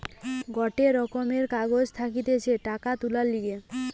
গটে রকমের কাগজ থাকতিছে টাকা তুলার লিগে